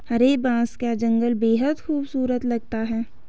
हरे बांस का जंगल बेहद खूबसूरत लगता है